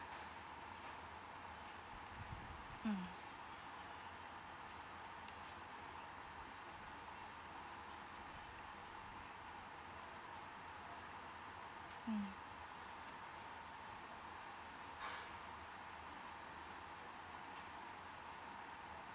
mm mm